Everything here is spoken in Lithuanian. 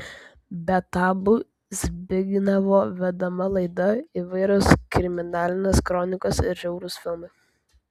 be tabu zbignevo vedama laida įvairios kriminalinės kronikos ir žiaurūs filmai